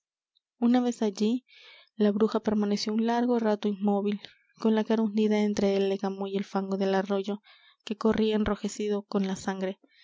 una vez allí la bruja permaneció un largo rato inmóvil con la cara hundida entre el légamo y el fango del arroyo que corría enrojecido con la sangre